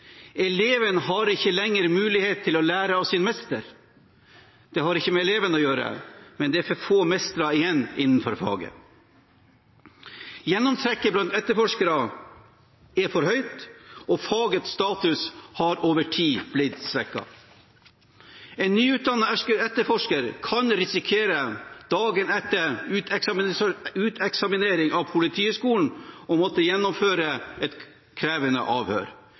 Eleven har ikke lenger mulighet til å lære av sin mester. Det har ikke noe med eleven å gjøre, men det er for få mestere igjen innenfor faget. Gjennomtrekket blant etterforskerne er for høyt, og fagets status har over tid blitt svekket. En nyutdannet etterforsker kan risikere, dagen etter uteksaminering fra Politihøgskolen, å måtte gjennomføre et krevende avhør.